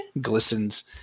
glistens